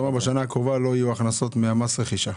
אומר שבשנה הקרובה לא יהיו הכנסות ממס רכישה?